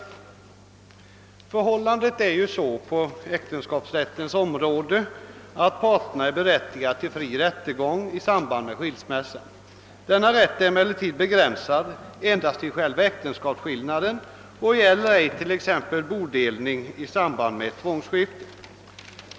Det förhåller sig ju så på äktenskapsrättens område att parterna är berättigade till fri rättegång i samband med skilsmässa. Denna rätt är emellertid begränsad till själva äktenskapsskillnaden och gäller ej t.ex. bodelning i samband med ett tvångsskifte.